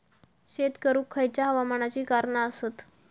शेत करुक खयच्या हवामानाची कारणा आसत?